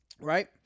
Right